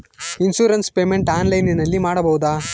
Insurance payment ಆನ್ಲೈನಿನಲ್ಲಿ ಮಾಡಬಹುದಾ?